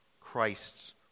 Christ's